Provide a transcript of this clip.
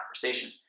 conversation